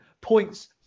points